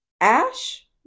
ash